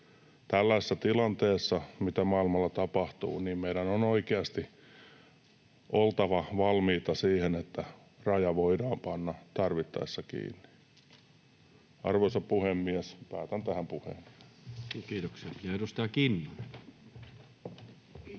tällaisessa tilanteessa, mitä maailmalla tapahtuu, meidän on oikeasti oltava valmiita siihen, että raja voidaan panna tarvittaessa kiinni. Arvoisa puhemies! Päätän tähän puheeni. [Speech 65]